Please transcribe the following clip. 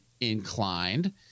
inclined